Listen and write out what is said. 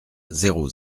zéro